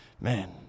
man